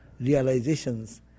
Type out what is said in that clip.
realizations